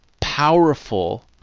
powerful